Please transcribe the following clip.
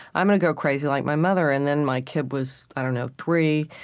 i'm going to go crazy, like my mother. and then my kid was, i don't know, three,